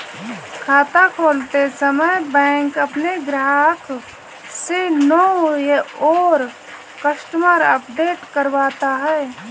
खाता खोलते समय बैंक अपने ग्राहक से नो योर कस्टमर अपडेट करवाता है